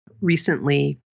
Recently